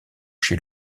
chez